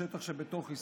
בשטח שבתוך ישראל,